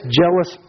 jealous